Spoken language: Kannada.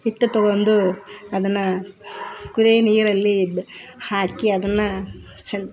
ಹಿಟ್ಟು ತಗೊಂಡು ಅದನ್ನು ಕುದಿಯೋ ನೀರಲ್ಲಿ ಹಾಕಿ ಅದನ್ನು ಸಣ್ಣ